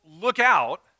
lookout